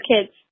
kids